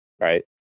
right